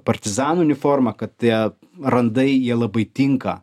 partizanų uniforma kad tie randai jie labai tinka